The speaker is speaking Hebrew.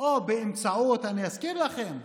או באמצעות, אזכיר לכם,